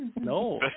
No